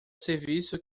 serviço